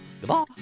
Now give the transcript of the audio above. Goodbye